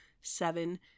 seven